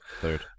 Third